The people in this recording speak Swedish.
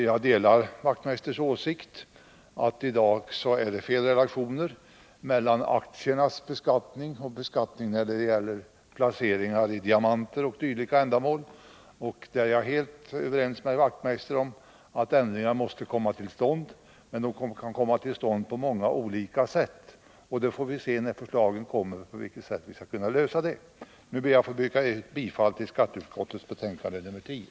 Jag delar Knut Wachtmeisters åsikt att det i dag är fel relationer mellan beskattningen av aktier och beskattningen när det gäller placeringar i diamanter 0. d. Jag är helt överens med honom om att ändringar måste komma till stånd, men de kan komma till stånd på många olika sätt, och vi får se när den dagen kommer på vilket sätt vi skall kunna lösa problemet. Jag ber att få yrka bifall till skatteutskottets hemställan i betänkandet nr 10.